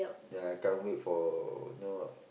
ya I can't wait for you know